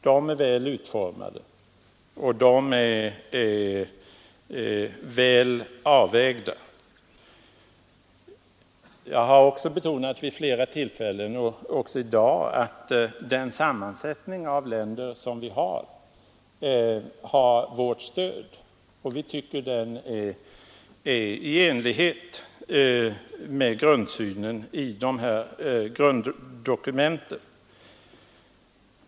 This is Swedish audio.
De är väl utformade och väl avvägda. Jag har också vid flera tillfällen — även i dag — betonat att sammansättningen av gruppen mottagarländer har vårt stöd och att vi tycker den sammansättningen är i enlighet med synen i de här grunddokumenten.